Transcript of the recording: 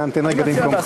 אנא המתן רגע במקומך.